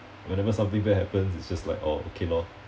whenever something bad happens it's just like oh okay lor